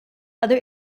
other